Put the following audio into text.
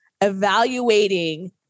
evaluating